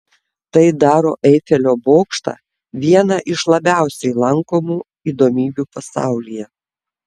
tai daro eifelio bokštą viena iš labiausiai lankomų įdomybių pasaulyje